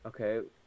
Okay